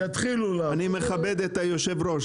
אני מכבד את היושב-ראש.